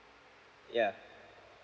yeah